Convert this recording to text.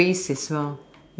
the race as well